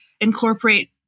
incorporate